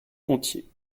gontier